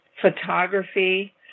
photography